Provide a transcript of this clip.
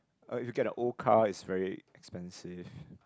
uh if you get a old car is very expensive